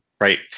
Right